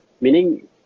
Meaning